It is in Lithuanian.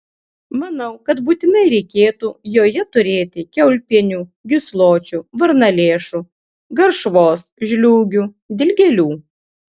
manau kad būtinai reikėtų joje turėti kiaulpienių gysločių varnalėšų garšvos žliūgių dilgėlių